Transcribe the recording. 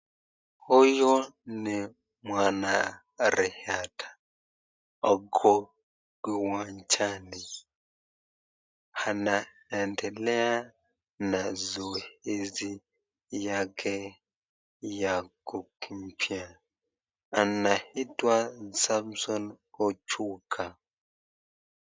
Huyu ni mwanariadha ako uwanjani anaendelea na zoezi yake ya kukimbia anaitwa Samson Ojuka.